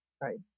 right